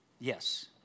Yes